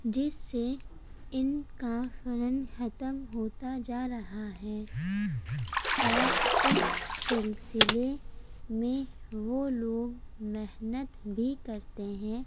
جس سے ان کا فن ختم ہوتا جا رہا ہے اور اس سلسلے میں وہ لوگ محنت بھی کرتے ہیں